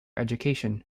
education